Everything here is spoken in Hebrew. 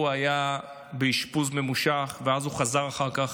הוא היה באשפוז ממושך, וחזר אחר כך